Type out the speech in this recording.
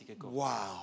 wow